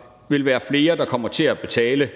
der vil være flere, der kommer til at betale